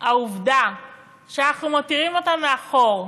העובדה שאנחנו מותירים אותם מאחור ואומרים,